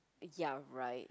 ya right